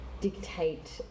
dictate